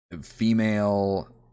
female